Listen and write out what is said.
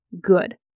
Good